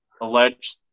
alleged